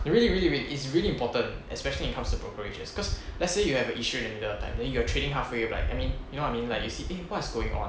really really really is really important especially when it comes to brokerages cause let's say you have a issue in the middle of time then you are trading halfway right I mean you know what I mean like you see what's going on